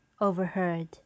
overheard